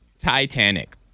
Titanic